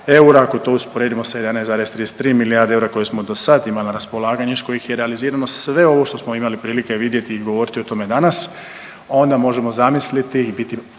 eura. Ako to usporedimo sa 11,33 milijarde eura koje smo do sad imali na raspolaganju iz kojih je realizirano sve ovo što smo imali prilike vidjeti i govoriti o tome danas, onda možemo zamisliti i biti